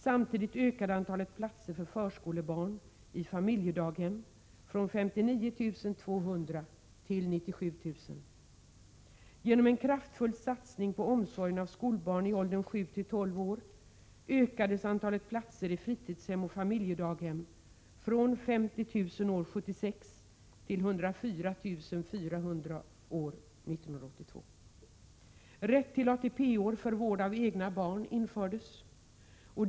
Samtidigt ökade antalet platser för förskolebarn i familjedaghem från 59 200 till 97 000. - Genom en kraftfull satsning på omsorgen av skolbarn i åldern 7-12 år ökades antalet platser i fritidshem och familjedaghem från 50 000 år 1976 till 104 400 år 1982. — Rätt till ATP-år för vård av egna barn infördes.